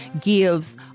gives